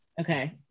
Okay